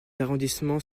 arrondissements